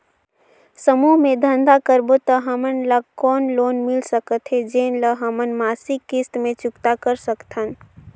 समूह मे धंधा करबो त हमन ल कौन लोन मिल सकत हे, जेन ल हमन मासिक किस्त मे चुकता कर सकथन?